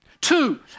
Two